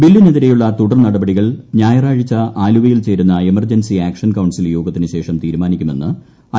ബില്ലിനെതിരെയുള്ള തുടർനടപടികൾ ഞായറാഴ്ച ആലുവയിൽ ചേരുന്ന എമർജൻസി ആക്ഷൻ കൌൺസിൽ യോഗത്തിനു ശേഷം തീരുമാനിക്കുമെന്ന് ഐ